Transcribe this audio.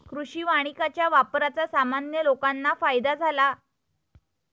कृषी वानिकाच्या वापराचा सामान्य लोकांना फायदा झाला